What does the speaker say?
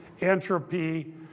entropy